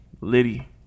Liddy